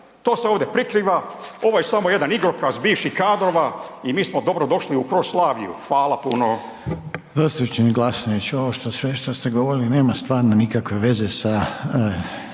To se ovde prikriva, ovo je samo jedan igrokaz bivših kadrova i mi smo dobro došli u Kroslaviju. Fala puno. **Reiner, Željko (HDZ)** Zastupniče Glasnović, ovo sve što ste govorili nema stvarno nikakve veze sa